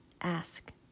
Ask